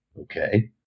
okay